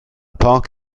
park